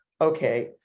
okay